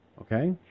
Okay